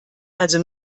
also